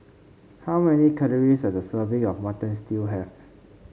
how many calories does a serving of Mutton Stew have